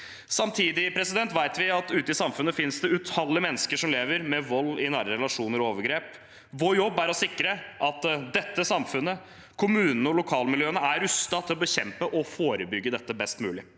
Samtidig vet vi at ute i samfunnet finnes det utallige mennesker som lever med vold i nære relasjoner og overgrep. Vår jobb er å sikre at samfunnet, kommunene og lokalmiljøene er rustet til å bekjempe og forebygge dette best mulig.